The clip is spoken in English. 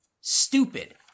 stupid